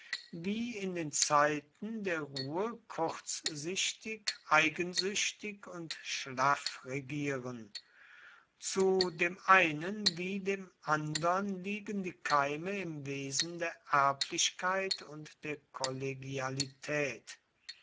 wie in den zeiten der ruhe kurzsichtig eigensüchtig und schlaff regieren zu dem einen wie dem andern liegen die keime im wesen der erblichkeit und der kollegialität